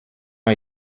ont